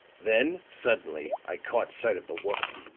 then suddenly i caught sight of the woman.